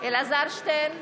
אלעזר שטרן,